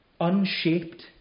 unshaped